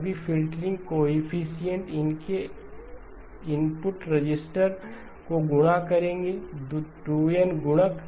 सभी filter coefficients उनके input register को गुणा करेंगे 2N गुणक